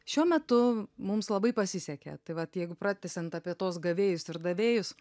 šiuo metu mums labai pasisekė tai vat jeigu pratęsiant apie tuos gavėjus ir davėjus